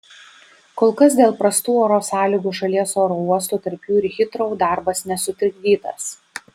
kol kas dėl prastų oro sąlygų šalies oro uostų tarp jų ir hitrou darbas nesutrikdytas